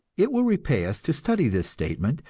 it will repay us to study this statement,